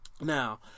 now